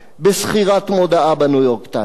בשכירת מודעה ב"ניו-יורק טיימס",